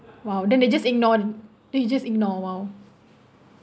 !wow! then they just ignored then they just ignore !wow!